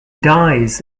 dies